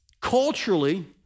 Culturally